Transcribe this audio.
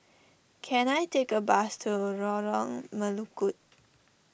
can I take a bus to Lorong Melukut